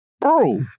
Bro